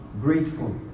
grateful